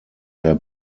der